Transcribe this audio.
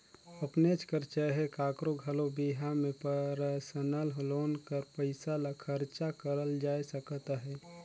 अपनेच कर चहे काकरो घलो बिहा में परसनल लोन कर पइसा ल खरचा करल जाए सकत अहे